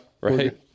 Right